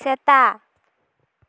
ᱥᱮᱛᱟ